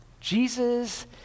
Jesus